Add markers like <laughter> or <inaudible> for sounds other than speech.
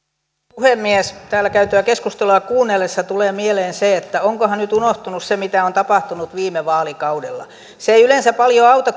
puhemies täällä käytyä keskustelua kuunnellessa tulee mieleen se että onkohan nyt unohtunut se mitä on tapahtunut viime vaalikaudella se ei yleensä paljoa auta <unintelligible>